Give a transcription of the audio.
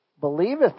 believeth